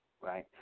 right